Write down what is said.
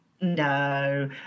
No